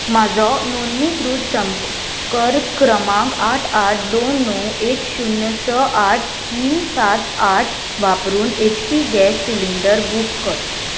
म्हाजो नोंदणीकृत संपर्क क्रमांक आठ आठ दोन णव एक शुन्य स आठ तीन सात आठ वापरून H P gas cylinder book कर